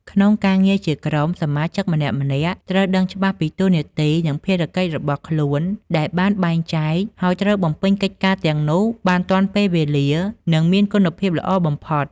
ក្នុងការងារជាក្រុម សមាជិកម្នាក់ៗត្រូវដឹងច្បាស់ពីតួនាទី និងភារកិច្ចរបស់ខ្លួនដែលបានបែងចែក ហើយត្រូវបំពេញកិច្ចការទាំងនោះបានទាន់ពេលវេលា និងមានគុណភាពល្អបំផុត។